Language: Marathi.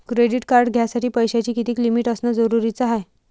क्रेडिट कार्ड घ्यासाठी पैशाची कितीक लिमिट असनं जरुरीच हाय?